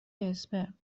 اسپرم